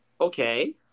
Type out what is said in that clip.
Okay